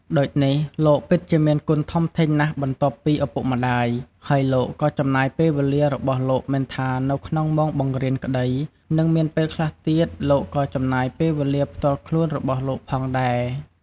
ដូចនេះលោកពិតជាមានគុណធំធេងណាស់បន្ទាប់ពីឪពុកម្តាយ ហើយលោកក៏ចំណាយពេលវេលារបស់លោកមិនថានៅក្នុងម៉ោងបង្រៀនក្តីនិងមានពេលខ្លះទៀតលោកក៏ចំណាយពេលផ្ទាល់ខ្លួនរបស់លោកផងដែរ។